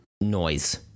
Noise